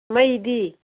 ꯃꯩꯗꯤ